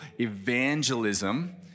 evangelism